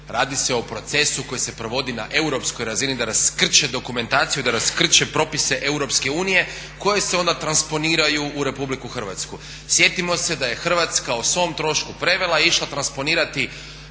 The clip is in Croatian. Radi se o procesu koji se provodi na europskoj razini da raskrče dokumentaciju, da raskrče propise EU koji se onda transponiraju u Republiku Hrvatsku. Sjetimo se da je Hrvatska o svom trošku prevela, išla transponirati